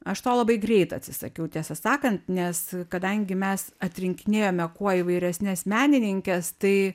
aš to labai greit atsisakiau tiesą sakant nes kadangi mes atrinkinėjome kuo įvairesnes menininkes tai